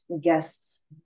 guest's